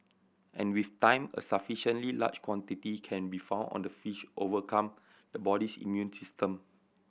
and with time a sufficiently large quantity can be found on the fish overcome the body's immune system